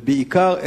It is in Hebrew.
ובעיקר,